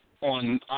on